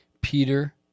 Peter